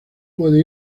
puede